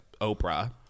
Oprah